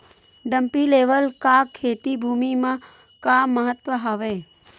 Dumpy level का खेती भुमि म का महत्व हावे?